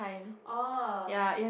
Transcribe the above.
oh